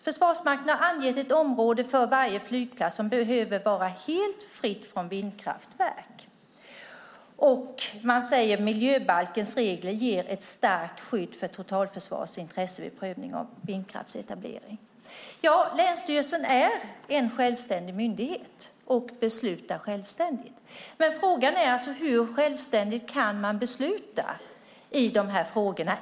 Försvarsmakten har angett ett område för varje flygplats som behöver vara helt fritt från vindkraftverk, och man säger att miljöbalkens regler ger ett stärkt skydd för totalförsvarets intresse vid prövning av vindkraftsetablering. Ja, länsstyrelsen är en självständig myndighet och beslutar självständigt. Men frågan är hur självständigt man kan besluta i de här frågorna.